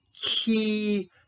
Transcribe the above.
key